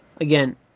again